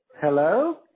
Hello